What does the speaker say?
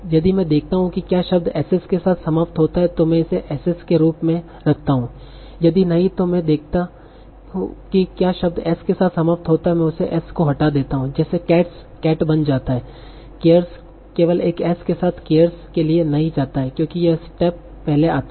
यदि मैं देखता कि क्या शब्द 'ss' के साथ समाप्त होता है तो मैं इसे 'ss' के रूप में रखता हूं यदि नहीं तो मैं देखता कि क्या शब्द 's' के साथ समाप्त होता है मैं उस 's' को हटा देता हूं जैसे cats cat बन जाता है लेकिन caress केवल एक 's' के साथ cares के लिए नहीं जाता है क्योंकि यह स्टेप पहले आता है